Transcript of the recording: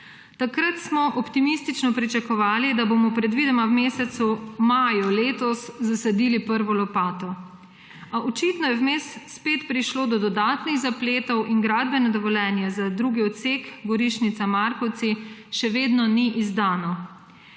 Takrat smo optimistično pričakovali, da bomo predvidoma v mesecu maju letos zasadili prvo lopato. A očitno je vmes spet prišlo do dodatnih zapletov in gradbeno dovoljenje za drugi odsek Gorišnica–Markovci še vedno ni izdano.